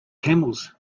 camels